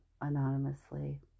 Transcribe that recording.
anonymously